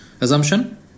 assumption